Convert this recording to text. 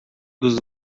dos